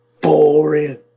boring